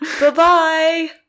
Bye-bye